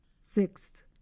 Sixth